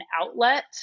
outlet